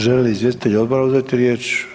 Želi li izvjestitelji odbora uzeti riječ?